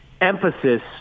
emphasis